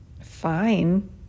fine